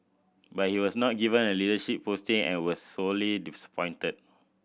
but he was not given a leadership posting and was sorely disappointed